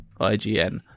IGN